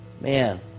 man